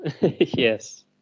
Yes